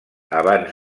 abans